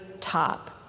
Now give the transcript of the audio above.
top